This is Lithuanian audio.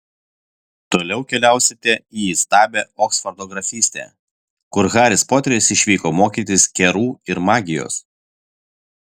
toliau keliausite į įstabią oksfordo grafystę kur haris poteris išvyko mokytis kerų ir magijos